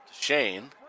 Shane